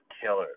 killers